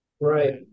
right